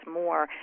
more